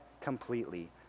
completely